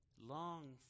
long